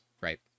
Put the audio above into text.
right